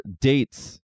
dates